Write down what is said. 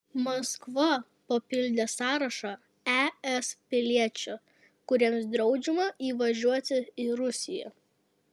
maskva papildė sąrašą es piliečių kuriems draudžiama įvažiuoti į rusiją